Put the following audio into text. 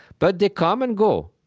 but they come and go.